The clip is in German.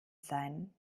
sein